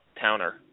Towner